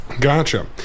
Gotcha